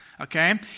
okay